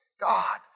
God